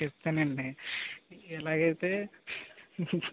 చెప్తానండీ ఇలాగైతే